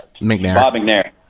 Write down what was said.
McNair